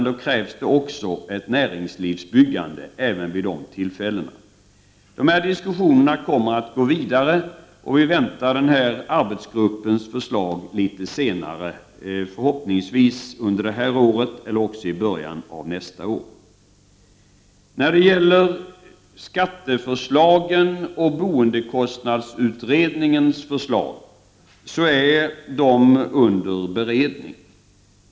Det krävs under sådana tider också ett byggande inom näringslivet. Dessa diskussioner kommer att gå vidare, och vi väntar på förslag från arbetsgruppen förhoppningsvis under detta år eller i början av nästa år. Skatteförslagen och boendekostnadsutredningens förslag är under beredning.